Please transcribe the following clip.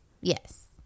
Yes